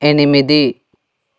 ఎనిమిది